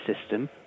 system